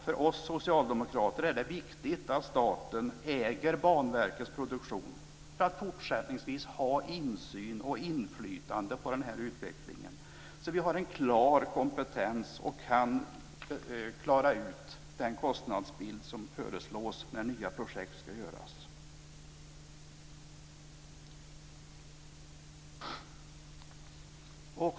För oss socialdemokrater är det viktigt att staten äger Banverkets produktion för att fortsättningsvis ha insyn och inflytande på utvecklingen så att vi har en klar kompetens för att klara ut den kostnadsbild som föreslås när nya projekt ska göras.